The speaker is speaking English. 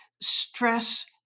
stress